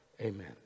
amen